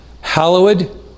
Hallowed